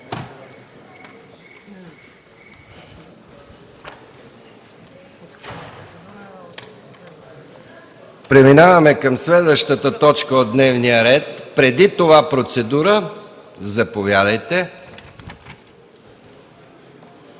Преминаваме към следващата точка от дневния ред, но преди това процедура. Има думата